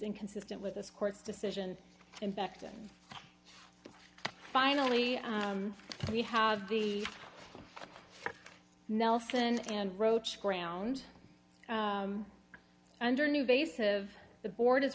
inconsistent with this court's decision in fact and finally we have the nelson and roche ground under new base of the board is